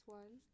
one